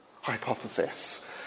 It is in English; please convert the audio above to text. hypothesis